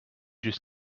just